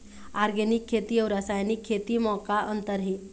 Organic खेती अउ रासायनिक खेती म का अंतर हे?